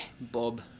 Bob